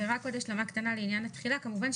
רק עוד השלמה קטנה לעניין התחילה כמובן,